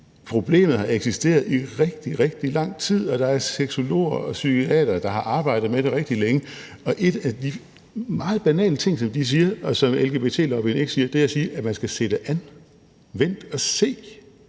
problemet har eksisteret i rigtig, rigtig lang tid, og der er sexologer og psykiatere, der har arbejdet med det rigtig længe. Og en af de meget banale ting, som de siger, og som lgbti-lobbyen ikke siger, er, at man skal se det an – vent og se.